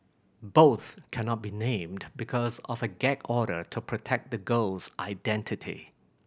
both cannot be named because of a gag order to protect the girl's identity